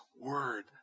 Word